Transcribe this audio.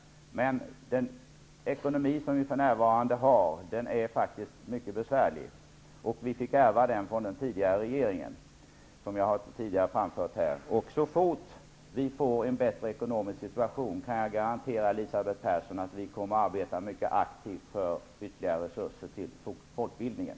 Men den ekonomi vi har för närvarande är mycket besvärlig. Vi fick ärva den från den tidigare regeringen. Det har jag framfört här tidigare. Vi kommer att arbeta mycket aktivt för ytterligare resurser till folkbildningen så fort vi får en bättre ekonomisk situation. Det kan jag garantera Elisabeth Persson.